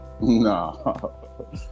No